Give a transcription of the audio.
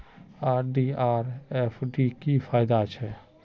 RD or FD की फ़ायदा छे?